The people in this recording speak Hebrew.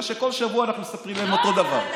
שכל שבוע אנחנו מספרים להם את אותו הדבר.